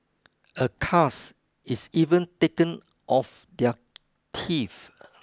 a cast is even taken of their teeth